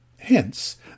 Hence